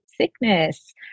sickness